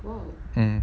um